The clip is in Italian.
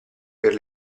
per